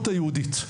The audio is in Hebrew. היהודית?